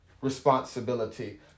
responsibility